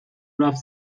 رفت